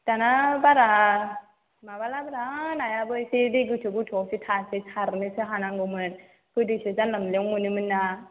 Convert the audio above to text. दाना बारा माबालाब्रा नायाबो इसे दै गोथौ गोथौआवसो थासै सारनोसो हानांगौमोन गोदोसो जानला मोनलायाव मोनोमोन ना